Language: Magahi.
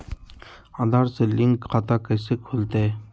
आधार से लिंक खाता कैसे खुलते?